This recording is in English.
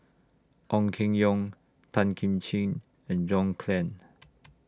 Ong Keng Yong Tan Kim Ching and John Clang